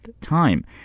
time